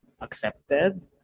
accepted